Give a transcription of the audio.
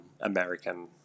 American